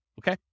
okay